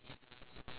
mm